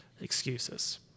excuses